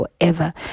forever